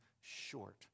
short